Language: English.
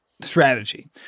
strategy